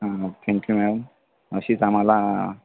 हा हां thank you ma'am अशीच आम्हाला